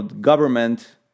government